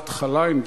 בהתחלה אין דירות.